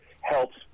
helps